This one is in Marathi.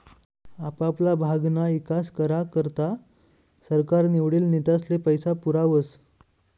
आपापला भागना ईकास करा करता सरकार निवडेल नेतास्ले पैसा पुरावस